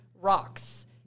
rocks